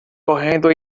correndo